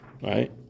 right